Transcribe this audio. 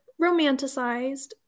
romanticized